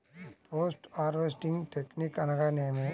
Post harvesting technique అనగా నేమి?